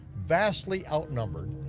vastly outnumbered,